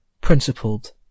principled